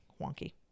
wonky